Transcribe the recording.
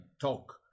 talk